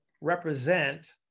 represent